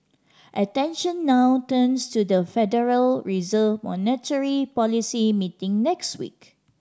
attention now turns to the Federal Reserve's monetary policy meeting next week